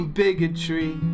bigotry